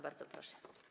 Bardzo proszę.